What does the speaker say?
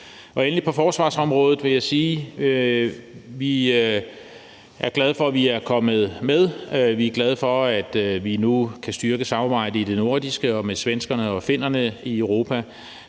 Endelig vil jeg sige, at vi er glade for, at vi er kommet med på forsvarsområdet . Vi er glade for, at vi nu kan styrke samarbejdet i det nordiske med svenskerne og finnerne i Europa.